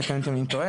תקן אותי אם אני טועה,